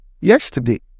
Yesterday